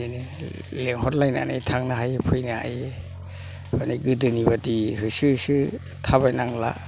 बिदिनो लेंहरलायनानै थांनो हायो फैनो हायो मानि गोदोनि बादि होसो होसो थाबायनांला